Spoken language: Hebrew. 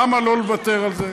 למה לו לוותר על זה?